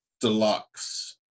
Deluxe